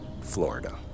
Florida